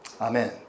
Amen